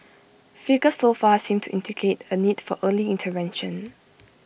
figures so far seem to indicate A need for early intervention